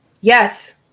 Yes